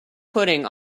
pudding